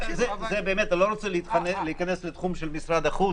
אני באמת לא רוצה להיכנס לתחום של משרד החוץ.